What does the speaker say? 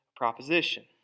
proposition